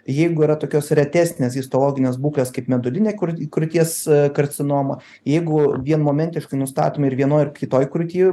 jeigu yra tokios retesnės histologinės būklės kaip medulinė krū krūties karcinoma jeigu vienmomentiškai nustatomi ir vienoj ir kitoj krūtyj jau